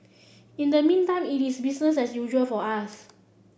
in the meantime it is business as usual for us